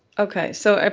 okay so,